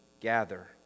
gather